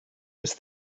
was